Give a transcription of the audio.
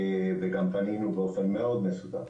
גם פנינו באופן מאוד מסודר.